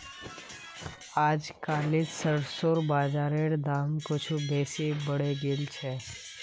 अजकालित सरसोर बीजेर दाम कुछू बेसी बढ़े गेल छेक